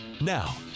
Now